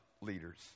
leaders